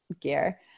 gear